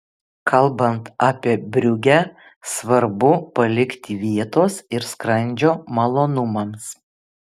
kalbant apie briugę svarbu palikti vietos ir skrandžio malonumams